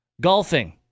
Golfing